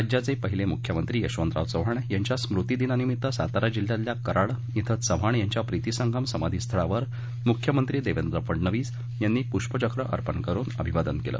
राज्याचे पहिले मुख्यमंत्री यशवंतराव चव्हाण यांच्या स्मृती दिनानिमित्त सातारा जिल्ह्यातल्या कराड इथं चव्हाण यांच्या प्रितीसंगम समाधी स्थळावर मुख्यमंत्री देवेंद्र फडनवीस यांनी पुष्पचक्र अर्पण करून अभिवादन केलं